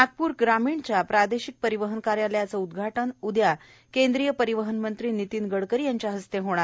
नागपूर ग्रामीणच्या प्रादेशिक परिवहन कार्यालयाचे उद्घाटन उद्या केंद्रीय परिवहन मंत्री नितिन गडकरी यांच्या हस्ते होणार